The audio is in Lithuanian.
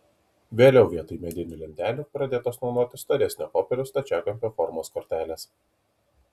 vėliau vietoj medinių lentelių pradėtos naudoti storesnio popieriaus stačiakampio formos kortelės